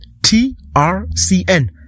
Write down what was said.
TRCN